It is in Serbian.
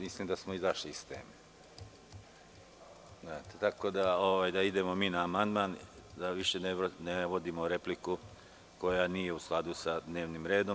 Mislim da smo izašli iz teme, tako da idemo na amandman i da više ne vodimo repliku koja nije u skladu sa dnevnim redom.